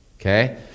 Okay